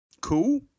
Cool